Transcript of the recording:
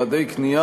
או יעדי קנייה,